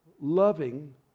loving